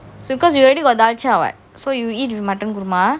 because you already got dalcha so you eat with mutton kurma